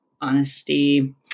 Honesty